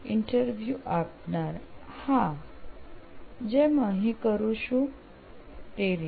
interview આપનાર હા જેમ અહીં કરું છે તે રીતે